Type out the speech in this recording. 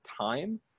time